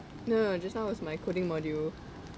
no no no just now was my coding module